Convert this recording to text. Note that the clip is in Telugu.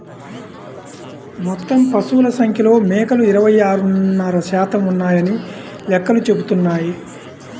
మొత్తం పశువుల సంఖ్యలో మేకలు ఇరవై ఆరున్నర శాతం ఉన్నాయని లెక్కలు చెబుతున్నాయి